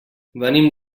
venim